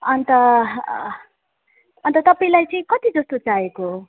अन्त अन्त तपाईँलाई चाहिँ कति जस्तो चाहिएको